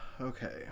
okay